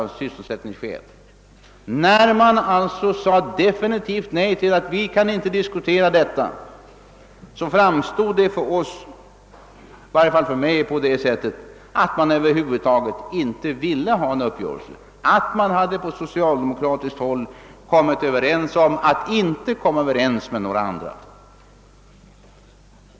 Härvidlag tänker jag på att man vägrade att diskutera en justering av det första årets budget och på att man över huvud taget vägrade att diskutera användandet av reservationsmedel under det första halvåret i år för att av sysselsättningsskäl öka försvarets industribeställningar.